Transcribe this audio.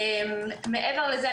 מעבר לזה,